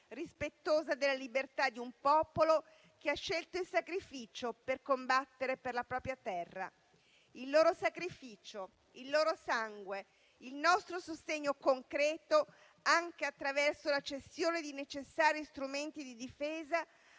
rispettosa della libertà di un popolo che ha scelto il sacrificio per combattere per la propria terra. Il loro sacrificio, il loro sangue, il nostro sostegno concreto, anche attraverso la cessione di necessari strumenti di difesa,